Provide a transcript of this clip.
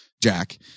Jack